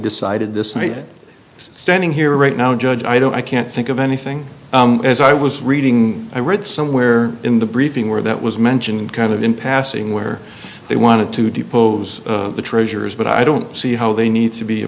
decided this and me standing here right now judge i don't i can't think of anything as i was reading i read somewhere in the briefing where that was mentioned kind of in passing where they wanted to depose the treasurer's but i don't see how they need to be a